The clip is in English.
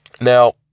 Now